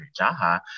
Jaha